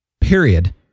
period